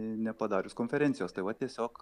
nepadarius konferencijos tai va tiesiog